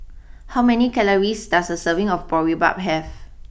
how many calories does a serving of Boribap have